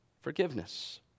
forgiveness